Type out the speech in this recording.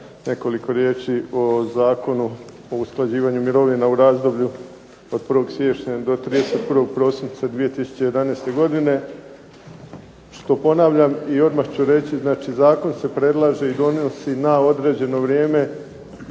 nekoliko riječi o Zakonu o usklađivanju mirovina u razdoblju od 1. siječnja do 31. prosinca 2011. godine što ponavljam i odmah ću reći, znači zakon se predlaže i donosi na određeno vrijeme